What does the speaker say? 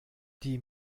die